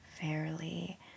Fairly